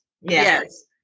yes